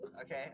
Okay